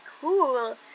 cool